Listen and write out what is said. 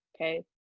Okay